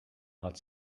hot